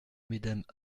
mmes